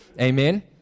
Amen